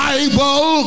Bible